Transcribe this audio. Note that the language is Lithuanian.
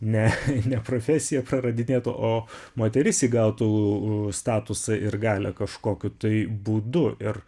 ne ne profesija pradinėtų o moteris įgautų u statusą ir galią kažkokiu tai būdu ir